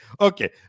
Okay